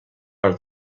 per